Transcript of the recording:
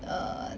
err